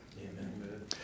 Amen